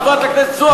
חברת הכנסת זועבי,